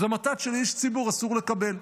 זו מתת שלאיש ציבור אסור לקבל.